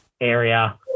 area